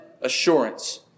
assurance